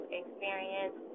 experience